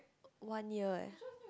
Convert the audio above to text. one year leh